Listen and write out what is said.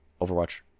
overwatch